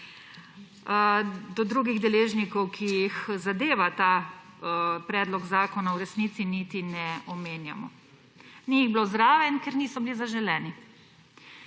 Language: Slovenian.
Da drugih deležnikov, ki jih zadeva ta predlog zakona, v resnici niti ne omenjamo. Ni jih bilo zraven, ker niso bili zaželeni,